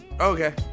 Okay